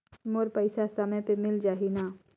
मोर पइसा समय पे मिल जाही न?